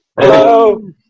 Hello